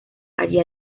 allí